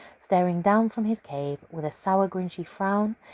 staring down from his cave with a sour, grinchy frown,